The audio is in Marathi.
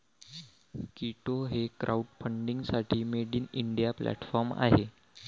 कीटो हे क्राउडफंडिंगसाठी मेड इन इंडिया प्लॅटफॉर्म आहे